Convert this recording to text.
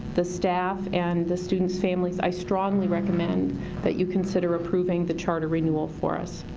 the staff and the students families, i strongly recommend that you consider approving the charter renewal for us.